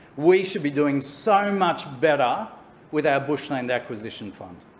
we should be doing so much better with our bushland acquisition fund.